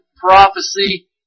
prophecy